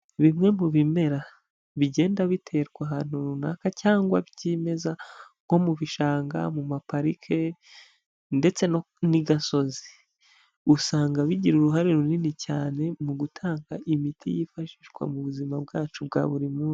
Bimwe mu bimera bigenda biterwa ahantu runaka cyangwa byimeza nko mu bishanga, mu maparike ndetse n'igasozi. Usanga bigira uruhare runini cyane mu gutanga imiti yifashishwa mu buzima bwacu bwa buri munsi.